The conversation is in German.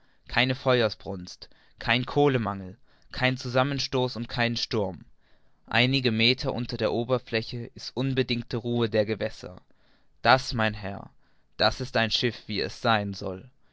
keine feuersbrunst kein kohlenmangel kein zusammenstoß und kein sturm einige meter unter der oberfläche ist unbedingte ruhe der gewässer das mein herr das ist ein schiff wie es sein soll